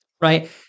right